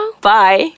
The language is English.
Bye